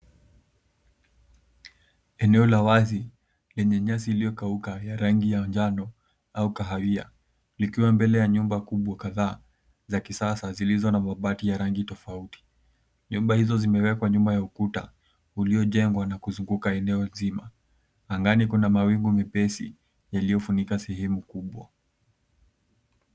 Eneo la wazi lenye nyasi iliyokauka ya rangi ya njano au kahawia, likiwa mbele ya nyumba kubwa kadhaa za kisasa zilizo na mabati ya rangi tofauti. Nyumba hizo zimewekwa nyuma ya ukuta uliojengwa na kuzunguka eneo nzima. Angani kuna mawingu mepesi yaliyofunika sehemu kubwa.